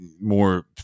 more